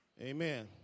Amen